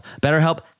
BetterHelp